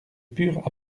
purent